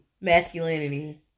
masculinity